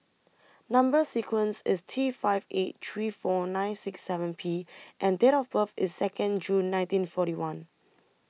Number sequence IS T five eight three four nine six seven P and Date of birth IS Second June nineteen forty one